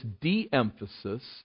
de-emphasis